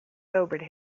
sobered